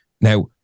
Now